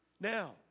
Now